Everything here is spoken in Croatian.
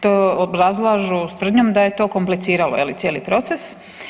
To obrazlažu s tvrdnjom da je to kompliciralo je li cijeli proces.